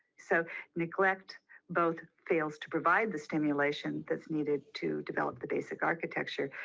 so and the correct vote fails to provide the stimulation that's needed to develop the basic architecture.